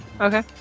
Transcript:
Okay